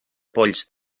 polls